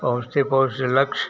पहुँचते पहुँचते लक्ष्य